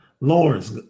Lawrence